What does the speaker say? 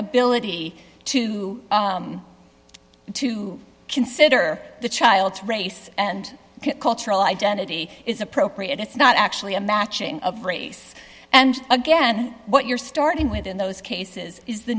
ability to consider the child's race and cultural identity is appropriate it's not actually a matching of race and again what you're starting with in those cases is the